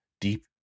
deep